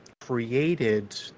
created